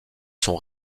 sont